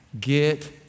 get